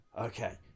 Okay